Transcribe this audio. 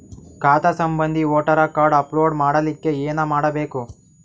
ಖಾತಾ ಸಂಬಂಧಿ voter card upload ಮಾಡಲಿಕ್ಕೆ ಏನ ಮಾಡಬೇಕು?